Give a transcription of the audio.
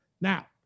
Now